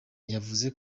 yavuze